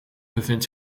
bevindt